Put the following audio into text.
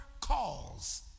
calls